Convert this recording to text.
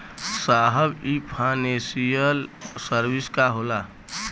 साहब इ financial service का होला?